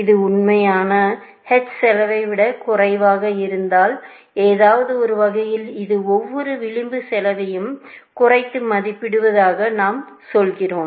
இது உண்மையான h செலவை விட குறைவாக இருந்தால் ஏதோவொரு வகையில் இது ஒவ்வொரு விளிம்பு செலவையும் குறைத்து மதிப்பிடுவதாக நாம் சொல்கிறோம்